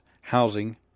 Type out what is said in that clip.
housing